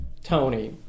Tony